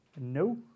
No